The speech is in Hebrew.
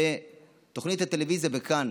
תוכנית טלוויזיה ב"כאן",